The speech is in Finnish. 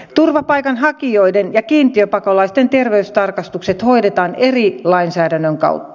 turvapaikanhakijoiden ja kiintiöpakolaisten terveystarkastukset hoidetaan eri lainsäädännön kautta